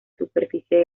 superficie